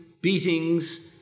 beatings